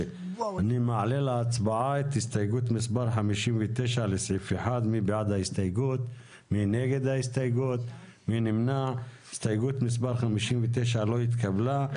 מעלה להצבעה את הסתייגות מספר 44 לסעיף 1. הצבעה לא אושרה הסתייגות מספר 44 לא התקבלה,